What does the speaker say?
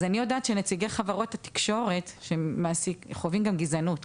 אז אני יודעת שנציגי חברות התקשורת חווים גם גזענות.